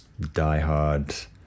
diehard